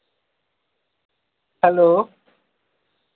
hello